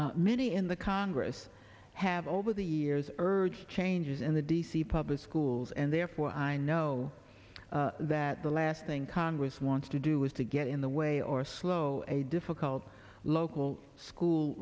fenty many in the congress have over the years urged changes in the d c public schools and therefore i know that the last thing congress wants to do is to get in the way or slow a difficult local school